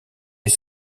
est